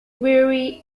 vary